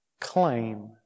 claim